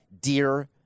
Dear